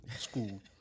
school